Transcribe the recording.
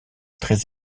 très